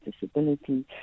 disability